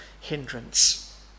hindrance